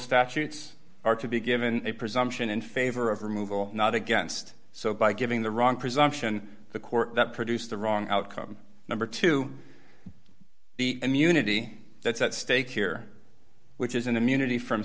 statutes are to be given a presumption in favor of removal not against so by giving the wrong presumption the court that produced the wrong outcome number two the immunity that's at stake here which is an immunity from